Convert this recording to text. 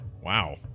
Wow